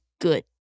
good